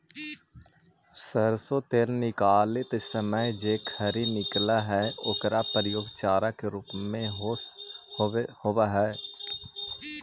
सरसो तेल निकालित समय जे खरी निकलऽ हइ ओकर प्रयोग चारा के रूप में होवऽ हइ